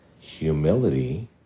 humility